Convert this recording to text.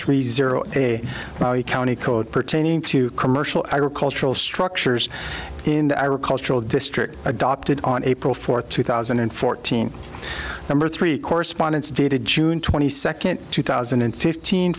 three zero a county code pertaining to commercial agriculture structures in the ira cultural district adopted on april fourth two thousand and fourteen number three correspondence dated june twenty second two thousand and fifteen